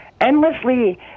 endlessly